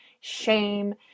shame